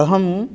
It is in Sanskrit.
अहं